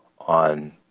on